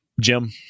Jim